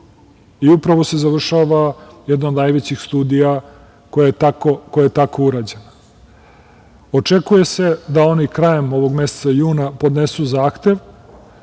i upravo se završava jedna od najvećih studija koja je tako urađena. Očekuje se da oni krajem ovog meseca, juna, podnesu zahtev